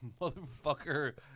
motherfucker